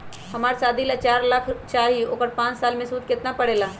हमरा शादी ला चार लाख चाहि उकर पाँच साल मे सूद कितना परेला?